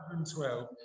112